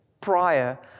prior